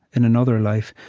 in another life,